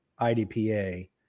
IDPA